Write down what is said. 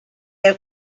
have